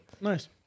Nice